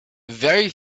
very